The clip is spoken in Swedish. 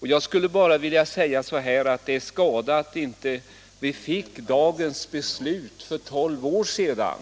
Det är skada att dagens beslut inte fattades för tolv år sedan.